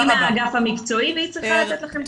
היא מהאגף המקצועי והיא צריכה לתת לכם את התשובות.